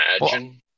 imagine